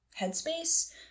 headspace